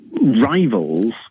rivals